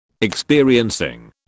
experiencing